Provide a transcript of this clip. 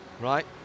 Right